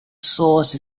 source